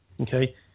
Okay